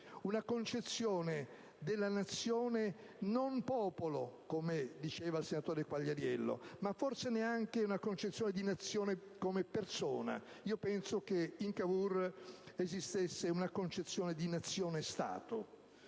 Una concezione della Nazione non "popolo", come diceva il senatore Quagliariello, ma forse neanche una concezione di Nazione come "persona". Io penso che in Cavour esistesse una concezione di Nazione-Stato.